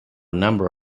number